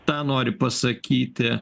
tą nori pasakyti